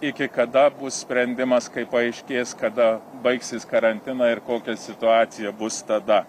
iki kada bus sprendimas kai paaiškės kada baigsis karantiną ir kokia situacija bus tada